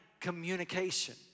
communication